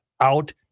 Out